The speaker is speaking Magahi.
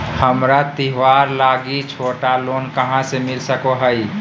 हमरा त्योहार लागि छोटा लोन कहाँ से मिल सको हइ?